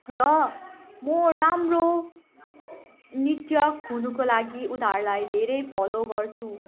र म राम्रो नृतक हुनुको लागि उनीहरूलाई धेरै फलो गर्छु